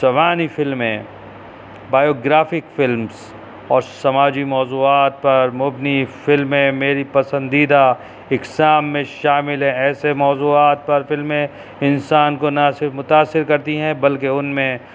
سوانی فلمیں biographic films اور سماجی موضوعات پر مبنی فلمیں میری پسندیدہ اقسام میں شامل ہیں ایسے موضوعات پر فلمیں انسان کو نہ صرف متاثر کرتی ہیں بلکہ ان میں